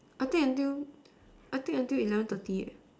I think until I think until eleven thirty eh